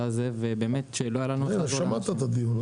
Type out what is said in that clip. הזה ובאמת כשלא היה לנו את ה --- שמעת את הדיון,